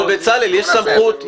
בצלאל, יש סמכות.